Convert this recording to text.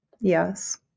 Yes